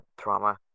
trauma